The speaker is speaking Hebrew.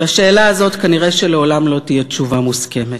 על השאלה הזאת כנראה לעולם לא תהיה תשובה מוסכמת,